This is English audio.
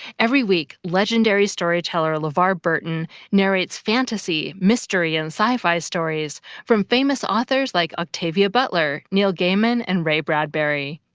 every week, legendary storyteller levar burton narrates fantasy, mystery and sci-fi stories from famous authors like octavia butler, neil gaiman, and ray bradbury.